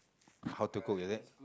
how to cook is it